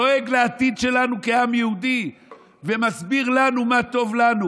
דואג לעתיד שלנו כעם יהודי ומסביר לנו מה טוב לנו.